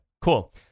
cool